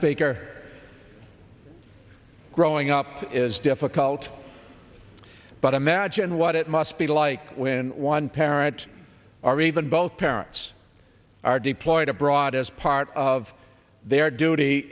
speaker growing up is difficult but imagine what it must be like when one parent or even both parents are deployed abroad as part of their duty